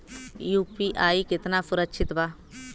UPI कितना सुरक्षित बा?